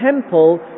temple